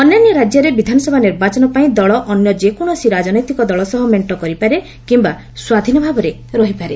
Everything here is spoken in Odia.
ଅନ୍ୟାନ୍ୟ ରାଜ୍ୟରେ ବିଧାନସଭା ନିର୍ବାଚନ ପାଇଁ ଦଳ ଅନ୍ୟ ଯେକୌଣସି ରାଜନୈତିକ ଦଳ ସହ ମେଣ୍ଟ କରିପାରେ କିମ୍ବା ସ୍ୱାଧୀନ ଭାବରେ ରହିପାରେ